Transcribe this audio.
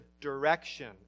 direction